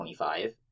25